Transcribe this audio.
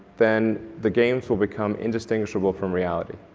then the games will become indistinguishable from reality.